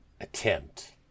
attempt